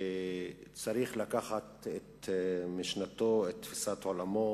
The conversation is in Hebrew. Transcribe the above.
צריך לקחת את משנתו, את תפיסת עולמו,